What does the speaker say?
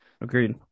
Agreed